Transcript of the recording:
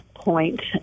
point